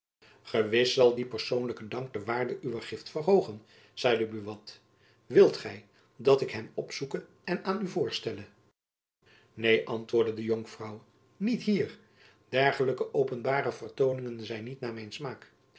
gewis zal die persoonlijke dank de waarde uwer gift verhoogen zeide buat wilt gy dat ik hem opzoeke en aan u voorstelle neen antwoordde de jonkvrouw niet hier dergelijke openbare vertooningen zijn niet naar mijn smaak